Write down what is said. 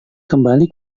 kembali